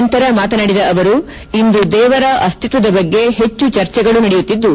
ನಂತರ ಮಾತನಾಡಿದ ಅವರು ಇಂದು ದೇವರ ಅಸ್ತಿತ್ವದ ಬಗ್ಗೆ ಹೆಚ್ಚು ಚರ್ಚೆಗಳು ನಡೆಯುತ್ತಿದ್ದು